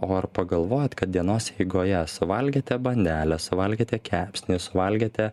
o ar pagalvojot kad dienos eigoje suvalgėte bandelę sualgėte kepsnį suvalgėte